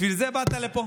בשביל זה באת לפה?